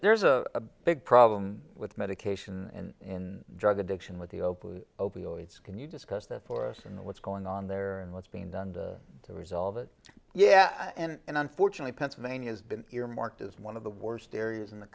there's a big problem with medication and in drug addiction with the open opioids can you discuss that for us and what's going on there and what's being done to resolve it yeah and unfortunately pennsylvania has been earmarked as one of the worst areas in the